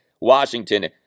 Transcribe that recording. Washington